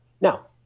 Now